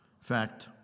fact